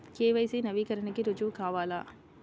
KYC నవీకరణకి రుజువు కావాలా?